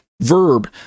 verb